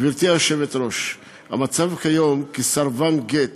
גברתי היושבת-ראש, במצב כיום, סרבן גט